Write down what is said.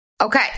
Okay